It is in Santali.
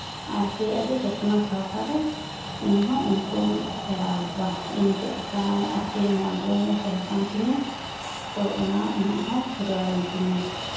ᱟᱨᱠᱤ ᱟᱹᱰᱤ ᱡᱚᱛᱱᱚ ᱥᱚᱦᱚᱠᱟᱨᱮ ᱤᱧᱦᱚᱸ ᱩᱱᱠᱩᱧ ᱥᱮᱬᱟᱣ ᱠᱚᱣᱟ ᱤᱧ ᱪᱮᱫ ᱞᱮᱠᱟ ᱟᱨᱠᱤ ᱢᱚᱱᱨᱮ ᱛᱟᱦᱮᱸ ᱠᱟᱱ ᱛᱤᱧᱟᱹ ᱛᱳ ᱚᱱᱟ ᱤᱧᱟᱜ ᱦᱚᱸ ᱯᱩᱨᱟᱹᱣᱮᱱ ᱛᱤᱧᱟᱹ